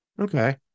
Okay